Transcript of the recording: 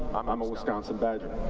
i'm i'm a wisconsin badger.